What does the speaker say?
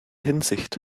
hinsicht